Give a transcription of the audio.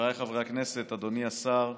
חבריי חברי הכנסת, אדוני השר,